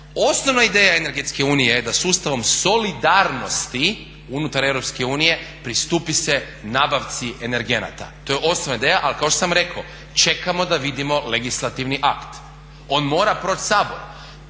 Osnovna ideja energetske unije je da sustavom solidarnosti unutar Europske unije pristupi se nabavci energenata. To je osnovna ideja, ali kao što sam rekao čekamo da vidimo legislativni akt. On mora proći Sabor.